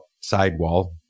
sidewall